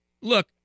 Look